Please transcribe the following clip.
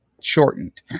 shortened